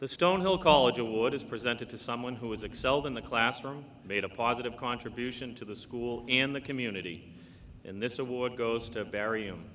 the stonehill college award is presented to someone who is excelled in the classroom made a positive contribution to the school and the community and this award goes to bury him